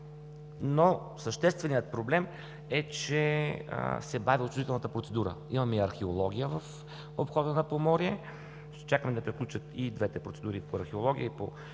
Същественият проблем е, че се бави отчуждителна процедура. Имаме и археология в обхода на Поморие, ще чакаме да приключат и двете процедури по археология и по